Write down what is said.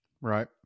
Right